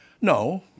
No